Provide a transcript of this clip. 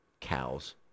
cows